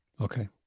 okay